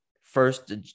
First